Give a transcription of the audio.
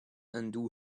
undo